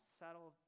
settle